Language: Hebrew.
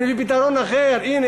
הנה,